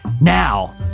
Now